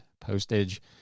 postage